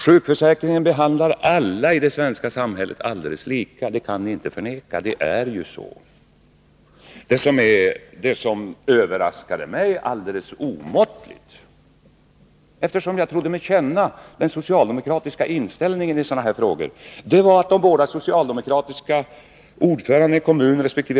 Sjukförsäkringen behandlar alla i det svenska samhället alldeles lika. Det kan ni inte förneka — det är så. Det som överraskade mig alldeles omåttligt — eftersom jag trodde mig känna den socialdemokratiska inställningen i sådana här frågor — var att de båda socialdemokratiska ordförandena i Kommunresp.